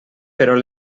però